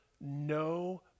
no